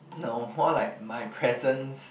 no more like my presence